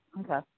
Okay